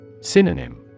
Synonym